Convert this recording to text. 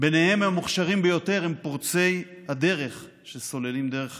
ובהם המוכשרים ביותר הם פורצי הדרך שסוללים דרך חדשה.